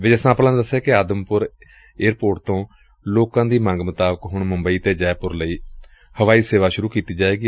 ਵਿਜੈ ਸਾਂਪਲਾ ਨੇ ਦਸਿਆ ਕਿ ਆਦਮਪੁਰ ਏਅਰਪੋਰਟ ਤੋਂ ਲੋਕਾਂ ਦੀ ਮੰਗ ਮੁਤਾਬਕ ਹੁਣ ਮੁਬੰਈ ਅਤੇ ਜੈਪੁਰ ਤੱਕ ਲਈ ਵੀ ਹਵਾਈ ਸੇਵਾ ਸੁਰੁ ਕੀਤੀ ਜਾਵੇਗੀ